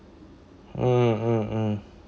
hmm hmm hmm